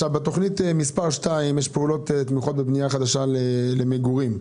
בתכנית מספר 2 יש פעולות בבנייה חדשה למגורים.